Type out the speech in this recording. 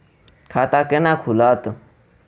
खाता केना खुलत?